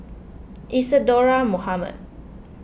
Isadhora Mohamed